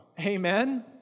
Amen